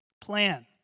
plan